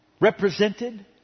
Represented